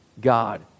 God